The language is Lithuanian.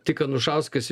tik anušauskas